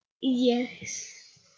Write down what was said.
Yes